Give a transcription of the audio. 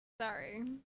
Sorry